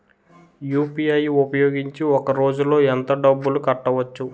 UPI ఉపయోగించి ఒక రోజులో ఎంత డబ్బులు కట్టవచ్చు?